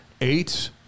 eight